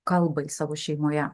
kalbai savo šeimoje